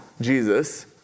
Jesus